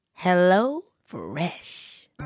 HelloFresh